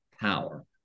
power